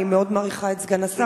אני מאוד מעריכה את סגן השר.